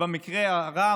ובמקרה הרע,